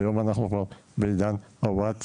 היום אנחנו כבר בעידן הווטסאפ,